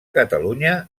catalunya